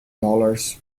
dollars